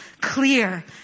clear